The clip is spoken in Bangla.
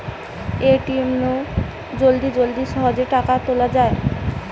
এ.টি.এম নু জলদি জলদি সহজে টাকা তুলা যায়